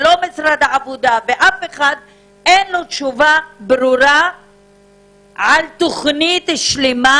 לא משרד העבודה ולא אף אחד אין לו תשובה ברורה על תוכנית שלמה